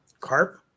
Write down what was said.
Carp